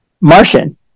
Martian